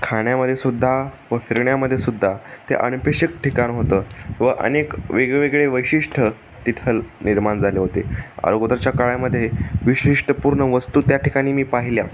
खाण्यामध्ये सुद्धा व फिरण्यामध्ये सुद्धा ते अणपेशक ठिकाण होतं व अनेक वेगळे वेगळे वैशिष्ट्य तिथलं निर्माण झाले होते अगोदरच्या काळामध्ये विशिष्ट्यपूर्ण वस्तू त्या ठिकाणी मी पाहिल्या